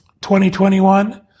2021